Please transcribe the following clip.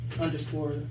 underscore